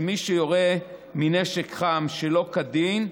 שמי שיורה מנשק חם שלא כדין,